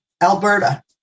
Alberta